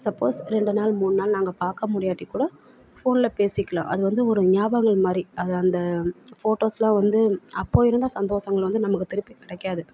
suppose ரெண்டு நாள் மூணு நாள் நாங்கள் பார்க்க முடியாட்டிக் கூட ஃபோனில் பேசிக்கலாம் அது வந்து ஒரு ஞாபகங்கள் மாதிரி அது அந்த ஃபோட்டோஸ்ஸெலாம் வந்து அப்போது இருந்த சந்தோஷங்கள் வந்து நமக்கு திருப்பி கிடைக்காது